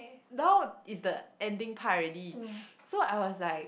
now is the ending part already so I was like